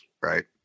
right